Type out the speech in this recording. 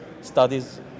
studies